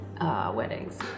weddings